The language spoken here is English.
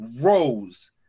rose